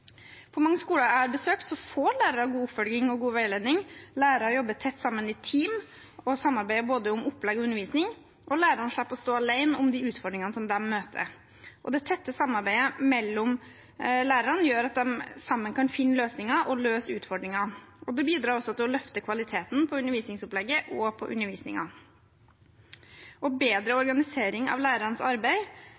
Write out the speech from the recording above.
På mange skoler jeg har besøkt, får lærerne god oppfølging og god veiledning. Lærere jobber tett sammen i team og samarbeider om både opplegg og undervisning, og de slipper å stå alene om de utfordringene som de møter. Det tette samarbeidet mellom lærerne gjør at de sammen kan finne løsninger og løse utfordringer. Det bidrar også til å løfte kvaliteten på undervisningsopplegget og på undervisningen. Bedre